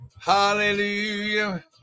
Hallelujah